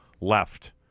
left